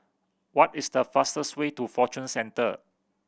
what is the fastest way to Fortune Centre